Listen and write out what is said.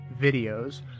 videos